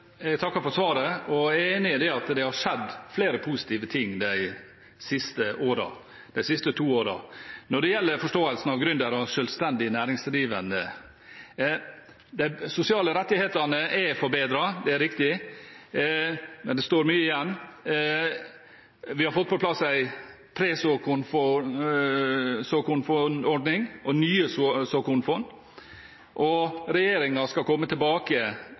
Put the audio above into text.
Jeg takker for svaret. Jeg er enig i at det har skjedd flere positive ting de siste to årene. Når det gjelder forståelsen av gründere og selvstendig næringsdrivende: De sosiale rettighetene er forbedret – det er riktig – men det gjenstår mye. Vi har fått på plass en presåkornordning og nye såkornfond, og regjeringen skal komme tilbake